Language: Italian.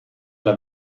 alla